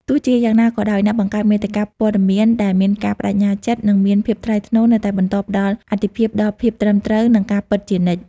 ទោះជាយ៉ាងណាក៏ដោយ អ្នកបង្កើតមាតិកាព័ត៌មានដែលមានការប្តេជ្ញាចិត្ត និងមានភាពថ្លៃថ្នូរនៅតែបន្តផ្តល់អាទិភាពដល់ភាពត្រឹមត្រូវ និងការពិតជានិច្ច។